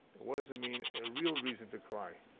what does it mean a real reason to cry?